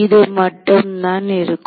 இது மட்டும் தான் இருக்கும்